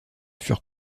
furent